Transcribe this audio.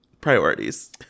priorities